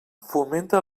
fomenta